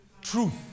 truth